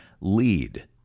lead